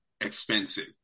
expensive